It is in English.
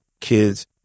kids